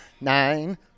nine